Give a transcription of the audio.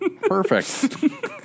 Perfect